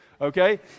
okay